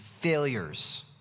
failures